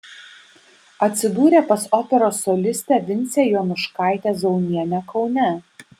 atsidūrė pas operos solistę vincę jonuškaitę zaunienę kaune